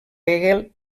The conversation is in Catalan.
hegel